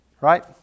right